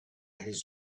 his